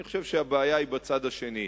אני חושב שהבעיה היא בצד השני.